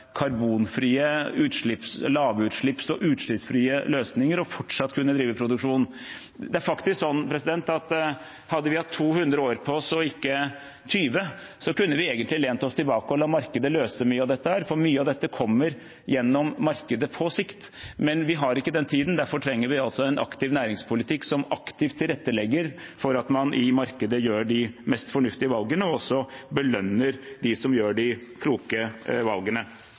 karbonfrie lavutslippsløsninger og utslippsfrie løsninger og fortsatt kan drive produksjon. Det er faktisk sånn at hadde vi hatt 200 år på oss og ikke 20, kunne vi egentlig lent oss tilbake og latt markedet løse mye av dette, for mye av dette kommer gjennom markedet på sikt. Men vi har ikke den tiden. Derfor trenger vi en aktiv næringspolitikk som aktivt tilrettelegger for at man i markedet gjør de mest fornuftige valgene og også belønner dem som gjør de kloke valgene.